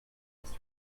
was